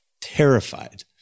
Terrified